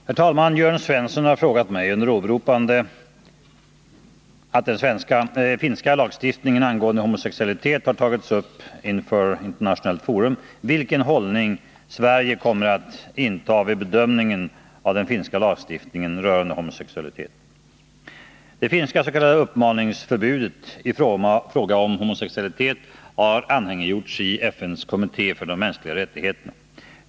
Herr talman! Jörn Svensson har frågat mig — under åberopande av att den finska lagstiftningen angående homosexualitet har tagits upp inför internationellt forum — vilken hållning Sverige kommer att inta vid bedömningen av den finska lagstiftningen rörande homosexualitet. Det finska s.k. uppmaningsförbudet i fråga om homosexualitet har anhängiggjorts i FN:s kommitté för de mänskliga rättigheterna.